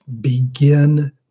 Begin